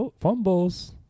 fumbles